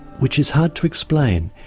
which is hard to explain.